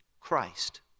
Christ